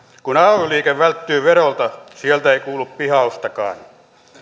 kun ay liike välttyy verolta sieltä ei kuulu pihaustakaan